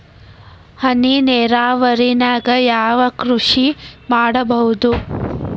ಹನಿ ನೇರಾವರಿ ನಾಗ್ ಯಾವ್ ಕೃಷಿ ಮಾಡ್ಬೋದು?